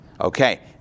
Okay